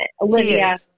Olivia